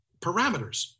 parameters